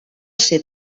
ser